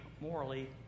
morally